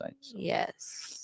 Yes